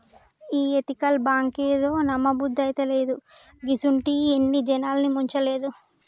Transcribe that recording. ఈ ఎతికల్ బాంకేందో, నమ్మబుద్దైతలేదు, గిసుంటియి ఎన్ని జనాల్ని ముంచలేదు